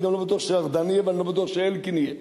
אני גם לא בטוח שארדן יהיה ואני לא בטוח שאלקין יהיה.